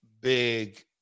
big